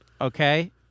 okay